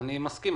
אני מסכים.